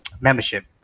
membership